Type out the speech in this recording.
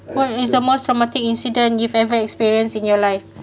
what is the most traumatic incident you've ever experienced in your life